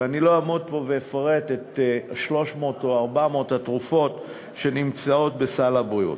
ואני לא אעמוד פה ואפרט את 300 או 400 התרופות שנמצאות בסל הבריאות.